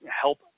help